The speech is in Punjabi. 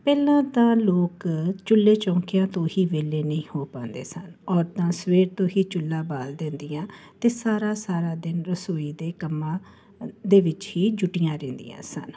ਪਹਿਲਾਂ ਤਾਂ ਲੋਕ ਚੁੱਲ੍ਹੇ ਚੌਂਕਿਆਂ ਤੋਂ ਹੀ ਵਿਹਲੇ ਨਹੀਂ ਹੋ ਪਾਂਦੇ ਸਨ ਔਰਤਾਂ ਸਵੇਰ ਤੋਂ ਹੀ ਚੁੱਲ੍ਹਾ ਬਾਲ ਦੇਂਦੀਆਂ ਅਤੇ ਸਾਰਾ ਸਾਰਾ ਦਿਨ ਰਸੋਈ ਦੇ ਕੰਮਾਂ ਦੇ ਵਿੱਚ ਹੀ ਜੁੱਟੀਆਂ ਰਹਿੰਦੀਆਂ ਸਨ